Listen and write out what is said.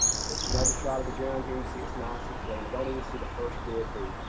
just another shot of the ground here and see, it's nice and clean and don't even see the first dead bee.